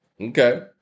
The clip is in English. Okay